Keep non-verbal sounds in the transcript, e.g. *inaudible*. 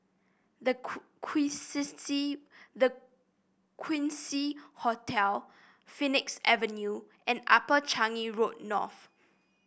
The *unintelligible* The Quincy Hotel Phoenix Avenue and Upper Changi Road North